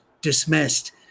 dismissed